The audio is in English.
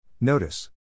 Notice